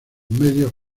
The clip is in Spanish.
medios